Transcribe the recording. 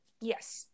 Yes